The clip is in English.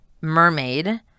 mermaid